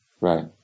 Right